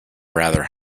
rather